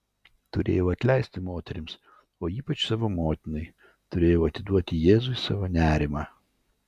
turėjau atleisti moterims o ypač savo motinai turėjau atiduoti jėzui savo nerimą